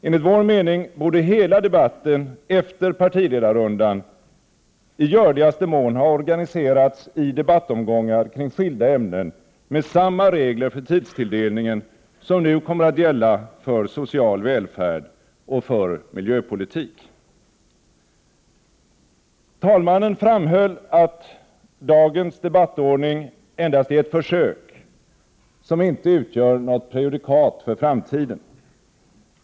Enligt vår mening borde hela debatten efter partiledarrundan i görligaste mån ha organiserats i debattomgångar kring skilda ämnen med samma regler för tidstilldelningen som nu kommer att gälla för avsnitten om social välfärd och miljöpolitik. Talmannen framhöll att dagens debattordning endast är ett försök, som inte utgör något prejudikat för framtiden.